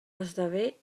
esdevé